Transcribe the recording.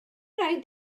raid